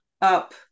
up